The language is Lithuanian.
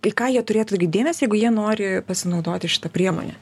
į ką jie turėtų atkreipti dėmesį jeigu jie nori pasinaudoti šita priemone